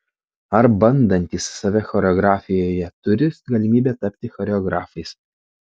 ar bandantys save choreografijoje turi galimybę tapti choreografais